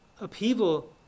upheaval